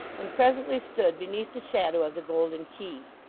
and presently stood beneath the shadow of the golden key.